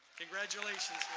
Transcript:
congratulations,